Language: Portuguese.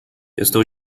estou